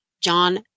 John